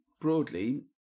broadly